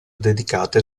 dedicate